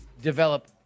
develop